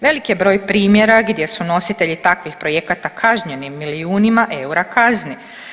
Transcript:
Velik je broj primjera gdje su nositelji takvih projekata kažnjeni milijunima eura kazne.